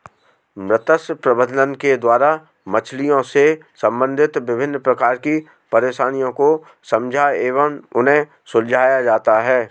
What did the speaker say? मत्स्य प्रबंधन के द्वारा मछलियों से संबंधित विभिन्न प्रकार की परेशानियों को समझा एवं उन्हें सुलझाया जाता है